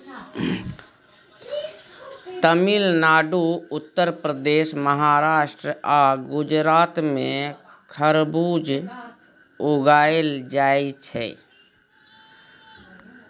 तमिलनाडु, उत्तर प्रदेश, महाराष्ट्र आ गुजरात मे खरबुज उगाएल जाइ छै